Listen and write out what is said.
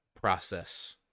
process